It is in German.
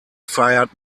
feiert